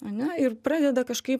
ane ir pradeda kažkaip